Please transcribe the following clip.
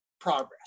progress